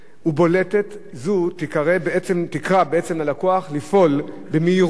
ובולטת זו תקרא בעצם ללקוח לפעול במהירות